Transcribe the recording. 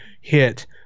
hit